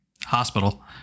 Hospital